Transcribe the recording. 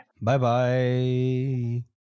Bye-bye